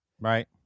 Right